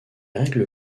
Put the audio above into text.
règles